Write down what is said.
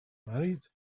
married